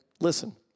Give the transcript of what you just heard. listen